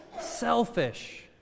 selfish